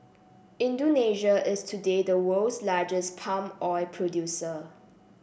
Indonesia is today the world's largest palm oil producer